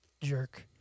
jerk